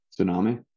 tsunami